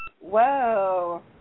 Whoa